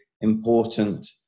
important